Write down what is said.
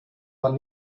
man